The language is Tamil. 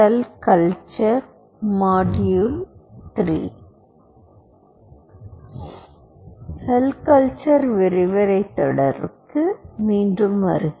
செல் கல்ச்சர் விரிவுரைத் தொடருக்கு மீண்டும் வருக